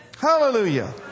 Hallelujah